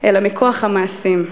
אלא מכוח המעשים.